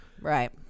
Right